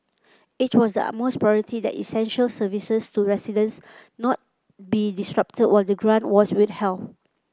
it was the utmost priority that essential services to residents not be disrupted while the grant was withheld